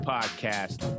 Podcast